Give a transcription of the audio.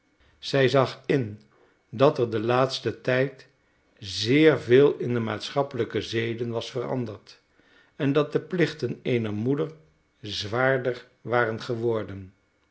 zij zag in dat er den laatsten tijd zeer veel in de maatschappelijke zeden was veranderd en dat de plichten eener moeder zwaarder waren geworden